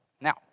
Now